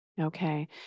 Okay